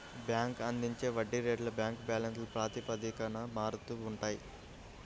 bank అందించే వడ్డీ రేట్లు బ్యాంక్ బ్యాలెన్స్ ప్రాతిపదికన మారుతూ ఉంటాయి